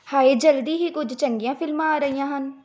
ਹਾਏ ਜਲਦੀ ਹੀ ਕੁਝ ਚੰਗੀਆਂ ਫਿਲਮਾਂ ਆ ਰਹੀਆਂ ਹਨ